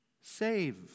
save